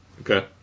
okay